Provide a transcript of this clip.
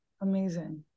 Amazing